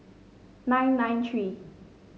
nine nine three